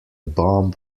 bomb